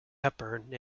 hepburn